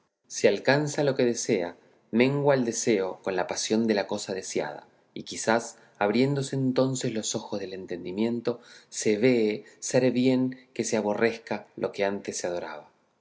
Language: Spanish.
si alcanza lo que desea mengua el deseo con la posesión de la cosa deseada y quizá abriéndose entonces los ojos del entendimiento se vee ser bien que se aborrezca lo que antes se adoraba